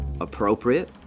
appropriate